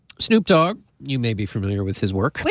snoop dogg you may be familiar with his work.